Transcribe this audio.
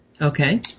Okay